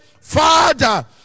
father